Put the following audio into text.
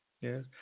Yes